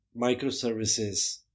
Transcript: microservices